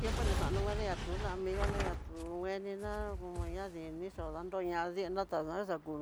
Tiempo ni xano ngueni na tuna, amigo na ñatu ngueniná como ña dinii xo ndañonradi, natadan xakú